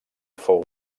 fou